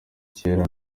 kera